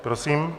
Prosím.